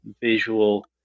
visual